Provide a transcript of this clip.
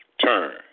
turn